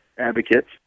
advocates